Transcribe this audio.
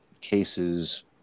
cases